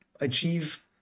achieve